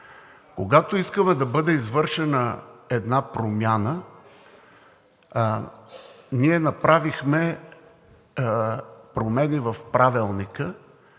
Когато искаме да бъде извършена една промяна, ние направихме промени в Правилника